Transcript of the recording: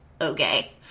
Okay